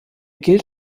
gilt